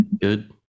good